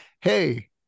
hey